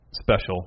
special